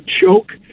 choke